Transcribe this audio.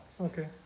Okay